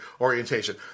orientation